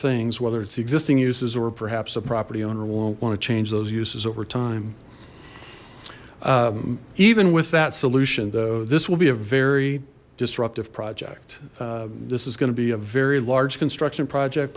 things whether it's existing uses or perhaps a property owner won't want to change those uses over time even with that solution though this will be a very disruptive project this is going to be a very large construction project